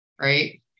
Right